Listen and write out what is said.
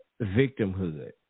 victimhood